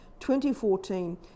2014